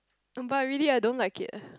um but really I don't like it eh